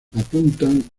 apuntan